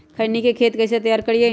खैनी के खेत कइसे तैयार करिए?